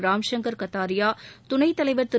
ராம் சங்கர் கத்தாரியா துணைத்தலைவா் திரு